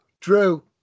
Drew